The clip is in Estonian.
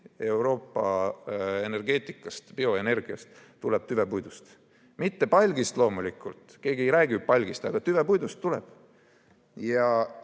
Euroopa bioenergiast tuleb tüvepuidust, mitte palgist. Loomulikult keegi ei räägi palgist, aga tüvepuidust tuleb. Ja